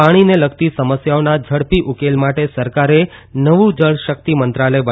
પાણીને લગતી સમસ્યાઓના ઝડપી ઉકેલ માટે સરકારે નવું જળશક્તિ મંત્રાલય બનાવ્યું છે